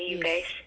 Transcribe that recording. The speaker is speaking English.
yes